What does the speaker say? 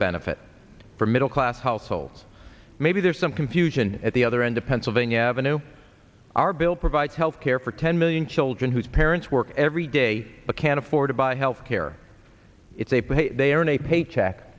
benefit for middle class households maybe there's some confusion at the other end of pennsylvania avenue our bill provides health care for ten million children whose parents work every day but can't afford to buy health care it's a pain they are in a paycheck